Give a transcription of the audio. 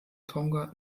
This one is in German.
tonga